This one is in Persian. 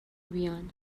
بیان